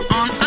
on